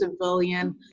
civilian